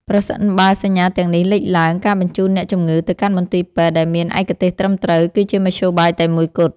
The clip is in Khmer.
ប្រសិនបើសញ្ញាទាំងនេះលេចឡើង ការបញ្ជូនអ្នកជំងឺទៅកាន់មន្ទីរពេទ្យដែលមានឯកទេសត្រឹមត្រូវគឺជាមធ្យោបាយតែមួយគត់។